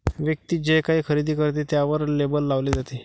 व्यक्ती जे काही खरेदी करते ते त्यावर लेबल लावले जाते